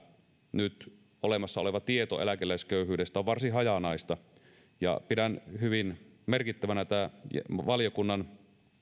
nyt olemassa oleva tieto eläkeläisköyhyydestä on varsin hajanaista pidän hyvin merkittävänä valiokunnan